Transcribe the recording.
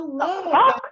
Hello